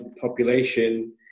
population